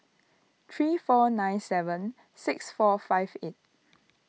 three four nine seven six four five eight